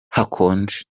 hakonje